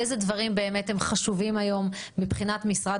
אילו דברים הם באמת חשובים היום מבחינת משרד